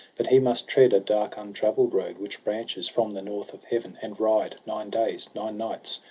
but he must tread a dark untravell'd road which branches from the north of heaven, and ride nine days, nine nights,